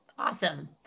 Awesome